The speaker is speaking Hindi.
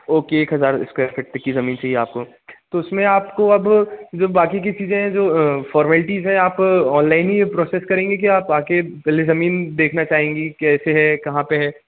ओके एक हज़ार इस्क्वैर फीट तक की ज़मीन चाहिए आपको तो उसमेँ आपको अब जो बाक़ी की चीज़ें हैं जो फ़ॉर्मेलटीज़ हैं आप ऑनलाइन ही प्रोसेस ही करेंगी कि आप आ कर पहले ज़मीन देखना चाहेंगी कैसे है कहाँ पर है